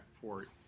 port